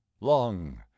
Long